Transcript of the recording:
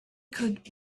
could